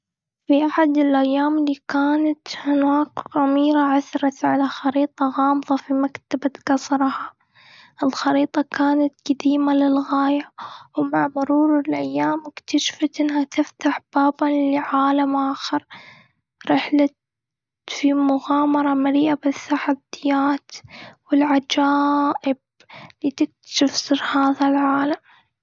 في أحد الأيام، اللي كانت هناك أميرة عثرت على خريطة غامضة في مكتبة قصرها. الخريطة كانت قديمه للغاية. ومع مرور الأيام، إكتشفت أنها تفتح باباً لعالم آخر. رحلت في مغامرة مليئة بالتحديات والعجائب، لتكشف سر هذا العالم.